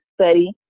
study